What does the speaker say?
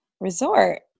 resort